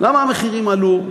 למה המחירים עלו.